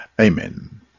Amen